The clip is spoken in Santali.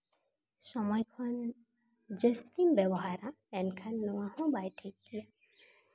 ᱥᱚᱢᱚᱭ ᱠᱷᱚᱱ ᱡᱟᱹᱥᱛᱤᱢ ᱵᱮᱵᱚᱦᱟᱨᱟ ᱮᱱᱠᱷᱟᱱ ᱱᱚᱣᱟ ᱦᱚᱸ ᱵᱟᱭ ᱴᱷᱤᱠ ᱜᱮᱭᱟ